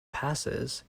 passes